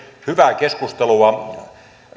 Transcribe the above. hyvää keskustelua